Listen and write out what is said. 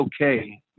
okay